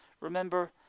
Remember